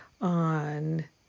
on